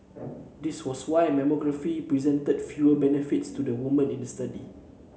this was why mammography presented fewer benefits to the women in the study